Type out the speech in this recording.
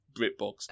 Britbox